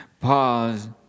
pause